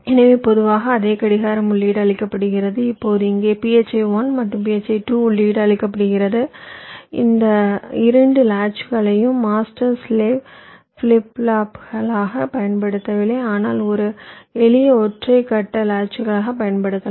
எனவே பொதுவாக அதே கடிகாரம் உள்ளீடு அளிக்கப்படுகிறது இப்போது இங்கே phi 1 மற்றும் phi 2 ஐ உள்ளீடு அளிக்கப்படுகிறது இந்த இரண்டு லாட்ச்களையும் மாஸ்டர் ஸ்லேவ் ஃபிளிப் ஃப்ளாப்பாகப் பயன்படுத்தவில்லை ஆனால் ஒரு எளிய ஒற்றை கட்ட லாட்சுகளாக பயன்படுத்தலாம்